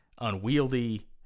Unwieldy